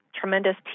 tremendous